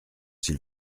s’il